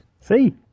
See